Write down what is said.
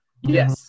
Yes